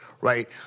right